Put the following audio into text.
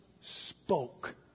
spoke